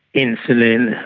insulin,